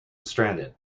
stranded